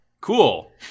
Cool